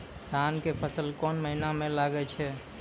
धान के फसल कोन महिना म लागे छै?